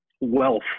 wealth